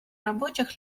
рабочих